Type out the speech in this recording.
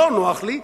לא נוח לי,